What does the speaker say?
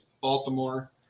Baltimore